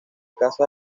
casas